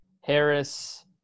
Harris